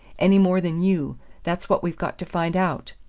any more than you that's what we've got to find out.